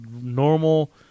normal